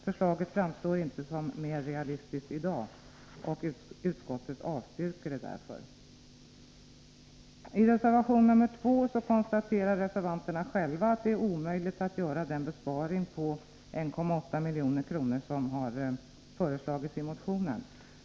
Förslaget framstår inte som mer realistiskt i dag, och utskottet avstyrker det därför. I reservation nr 2 konstaterar reservanterna själva att det är omöjligt att göra den besparing på 1,8 milj.kr. som har föreslagits i motionen.